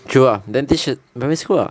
true ah then teach primary school ah